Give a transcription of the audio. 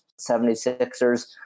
76ers